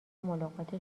ملاقات